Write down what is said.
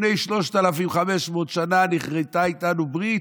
לפני 3,500 שנה נכרתה איתנו ברית,